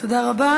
תודה רבה.